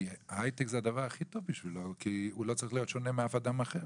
ההייטק זה הדבר הכי טוב בשבילו כי הוא לא צריך להיות שונה מאף אחד אחר.